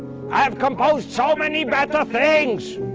i have composed so many better things.